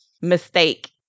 mistake